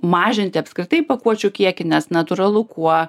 mažinti apskritai pakuočių kiekį nes natūralu kuo